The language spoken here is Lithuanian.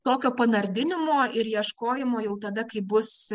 tokio panardinimo ir ieškojimo jau tada kai bus